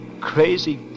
crazy